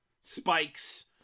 spikes